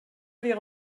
wäre